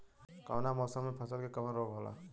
कवना मौसम मे फसल के कवन रोग होला?